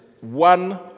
one